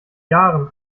jahren